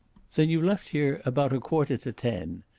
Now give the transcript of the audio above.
then you left here about a quarter to ten.